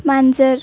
मांजर